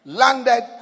landed